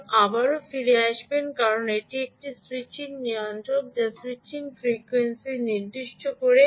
সুতরাং আবারও ফিরে আসবেন কারণ এটি একটি স্যুইচিং নিয়ন্ত্রক যা স্যুইচিং ফ্রিকোয়েন্সিটি নির্দিষ্ট করে